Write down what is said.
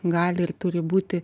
gali ir turi būti